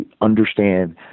understand